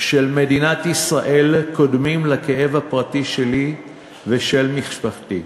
של מדינת ישראל קודמים לכאב הפרטי שלי ושל משפחתי.